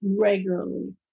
regularly